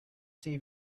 save